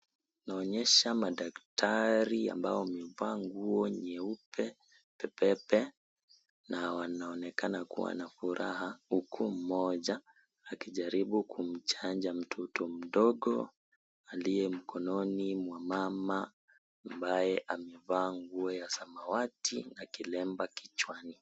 Inaonyesha madaktari ambao wamevaa nguo nyeupe pe pe pe na wanaonekana kuwa na furaha huku mmoja akijaribu kimchanja mtoto mdogo aliye mkononi mwa mama, ambaye amevaa nguo ya samawati na kilemba kichwani.